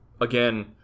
again